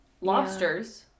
Lobsters